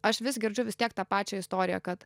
aš vis girdžiu vis tiek tą pačią istoriją kad